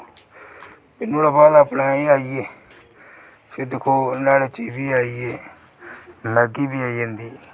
प्ही नुहाड़े बाद अपना एह् ऐ कि प्ही दिक्खो नुहाड़े च एह्बी आई गे मैगी बी आई जंदी